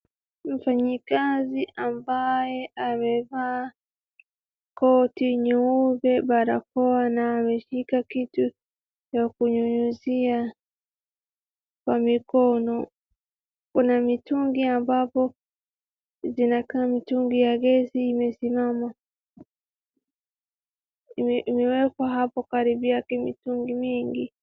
Mfanyikazi ambaye amevaa koti nyeupe, barakoa, na ameshika kitu ya kunyunyizia kwa mkono. Kuna mitungi ambapo zinakaa mitungi ya gesi imesimama. Imewekwa hapo karibu yake mitungi mingi.